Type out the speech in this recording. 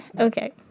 okay